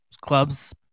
clubs